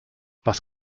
was